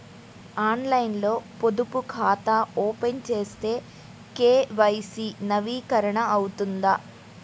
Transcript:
ఆన్లైన్లో పొదుపు ఖాతా ఓపెన్ చేస్తే కే.వై.సి నవీకరణ అవుతుందా?